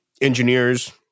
engineers